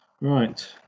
Right